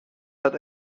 hat